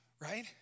Right